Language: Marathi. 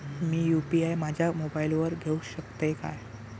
मी यू.पी.आय माझ्या मोबाईलावर घेवक शकतय काय?